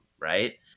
right